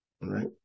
right